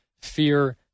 fear